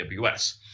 AWS